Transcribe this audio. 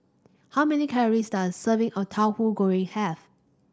how many calories does serving of Tauhu Goreng have